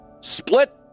Split